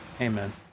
Amen